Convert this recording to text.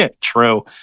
true